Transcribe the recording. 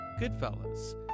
Goodfellas